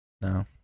No